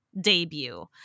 debut